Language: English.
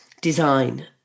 design